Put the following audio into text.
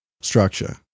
structure